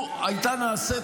אדוני השר --- אז לו הייתה נעשית